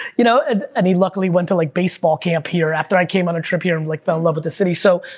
you know ah and he luckily went to like baseball camp here after i came on a trip here and like fell in love with the city. so,